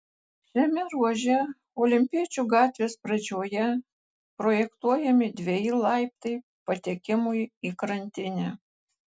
šiame ruože olimpiečių gatvės pradžioje projektuojami dveji laiptai patekimui į krantinę